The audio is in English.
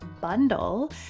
Bundle